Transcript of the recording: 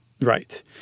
Right